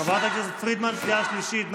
חברת הכנסת, קריאה שלישית.